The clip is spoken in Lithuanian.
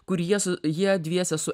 kur jie su jie dviese su